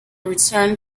returned